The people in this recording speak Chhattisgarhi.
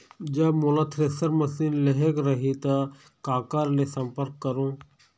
जब मोला थ्रेसर मशीन लेहेक रही ता काकर ले संपर्क करों?